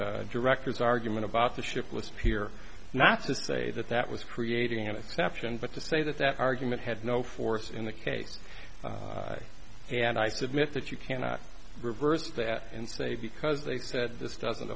the director's argument about the ship with peer not to say that that was creating an exception but to say that that argument had no force in the case and i submit that you cannot reverse that and say because they said this doesn't